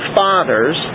fathers